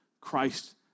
Christ